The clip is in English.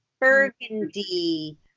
Burgundy